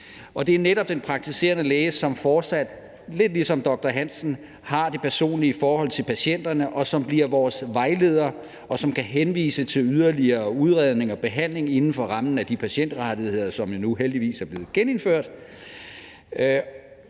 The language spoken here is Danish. Det er netop den praktiserende læge, som fortsat, lidt ligesom doktor Hansen, har det personlige forhold til patienterne, og som bliver vores vejleder, og som kan henvise til yderligere udredning og behandling inden for rammen af de patientrettigheder, som jo nu heldigvis er blevet genindført.